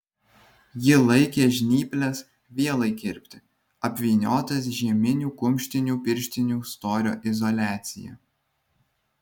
ji laikė žnyples vielai kirpti apvyniotas žieminių kumštinių pirštinių storio izoliacija